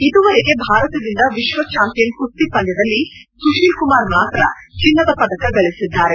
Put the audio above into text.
ಇದುವರೆಗೆ ಭಾರತದಿಂದ ವಿಶ್ವ ಚಾಂಪಿಯನ್ ಕುಸ್ತಿ ಪಂದ್ಲದಲ್ಲಿ ಸುಶೀಲ್ ಕುಮಾರ್ ಮಾತ್ರ ಚಿನ್ನದ ಪದಕ ಗಳಿಬಿದ್ದಾರೆ